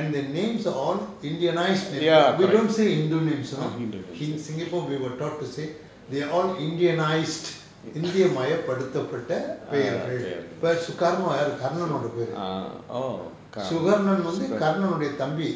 and their names are all indianised names we don't see indonesian names singapore we were taught to say they are all indianised india மயப்படுத்தப்பட்ட பெயர்கள்:mayappaduthappatta peyargal pe~ sukarno யாரு:yaaru karnan ஓட பெயரு:oda peyaru sukarnan வந்து:vanthu karnan ஓட தம்பி:oda thambi